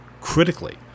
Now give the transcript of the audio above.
critically